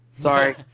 Sorry